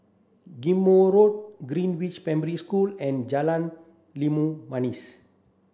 Ghim Moh Road Greenridge Primary School and Jalan Limau Manis